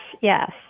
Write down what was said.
yes